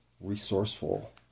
resourceful